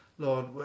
Lord